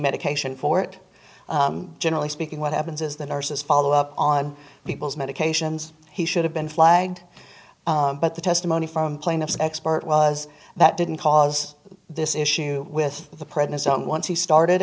medication for it generally speaking what happens is the nurses follow up on people's medications he should have been flagged but the testimony from plaintiff's expert was that didn't cause this issue with the prednisone once he started